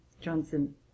Johnson